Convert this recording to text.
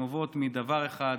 נובעות מדבר אחד: